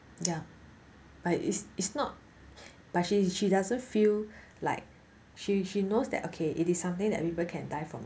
ya but it's it's not but she is she doesn't feel like she she knows that okay it is something that people can die from